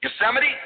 Yosemite